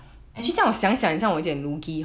and 真的